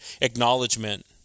acknowledgement